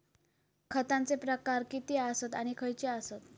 खतांचे प्रकार किती आसत आणि खैचे आसत?